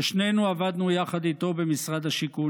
ששנינו עבדנו יחד איתו במשרד השיכון,